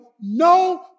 no